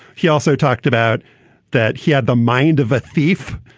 he also talked about that he had the mind of a thief,